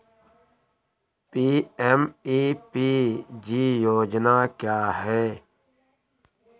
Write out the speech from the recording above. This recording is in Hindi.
पी.एम.ई.पी.जी योजना क्या है?